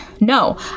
No